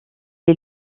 est